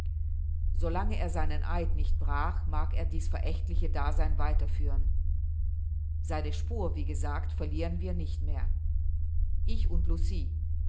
lange er seinen eid nicht brach mag er dieß verächtliche dasein weiter führen seine spur wie gesagt verlieren wir nicht mehr ich und lucie